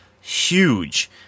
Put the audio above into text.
huge